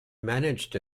managed